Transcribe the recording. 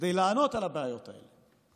כדי לענות על הבעיות האלה,